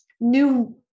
new